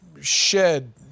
shed